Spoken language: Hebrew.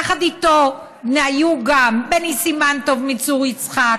יחד איתו היו בני סימנטוב מצור יצחק,